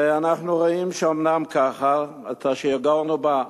ואנחנו רואים שאומנם ככה, את אשר יגורנו בא.